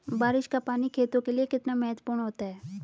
बारिश का पानी खेतों के लिये कितना महत्वपूर्ण होता है?